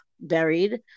buried